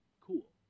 Cool